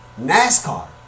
NASCAR